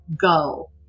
go